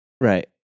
right